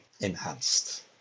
enhanced